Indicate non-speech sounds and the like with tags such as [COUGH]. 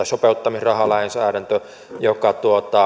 [UNINTELLIGIBLE] sopeutumisrahalainsäädäntö joka